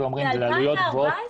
ב-2014.